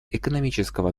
экономического